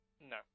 No